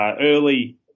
early